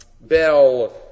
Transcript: bell